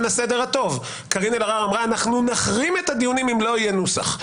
אנחנו נחרים את הדיונים אם לא יהיה נוסח.